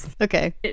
okay